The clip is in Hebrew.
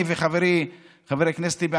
אני וחברי חבר הכנסת טיבי,